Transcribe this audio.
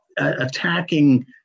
Attacking